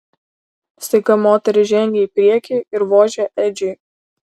staiga moteris žengė į priekį ir vožė edžiui